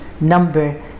number